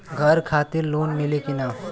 घर खातिर लोन मिली कि ना?